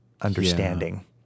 understanding